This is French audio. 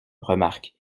remarque